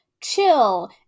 chill